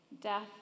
Death